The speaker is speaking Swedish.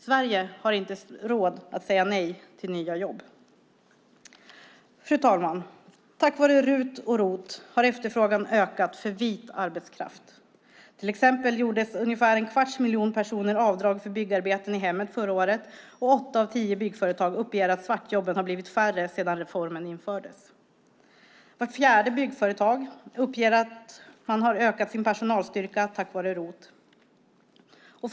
Sverige har inte råd att säga nej till nya jobb. Fru talman! Tack vare RUT och ROT har efterfrågan ökat för vit arbetskraft. Till exempel gjorde ungefär en kvarts miljon personer avdrag för byggarbeten i hemmet förra året, och åtta av tio byggföretag uppger att svartjobben har blivit färre sedan reformen infördes. Vart fjärde byggföretag uppger att man har ökat sin personalstyrka tack vare ROT.